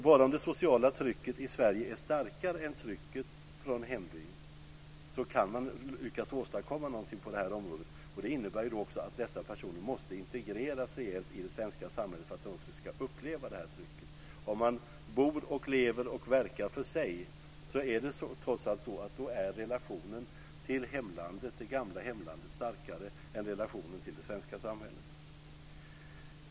Bara om det sociala trycket i Sverige är starkare än trycket från hembyn kan man lyckas åstadkomma något. Det innebär att dessa personer måste integreras rejält i det svenska samhället för att de ska uppleva trycket. Om man bor och lever och verkar för sig är relationen till det gamla hemlandet starkare än relationen till det svenska samhället.